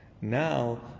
now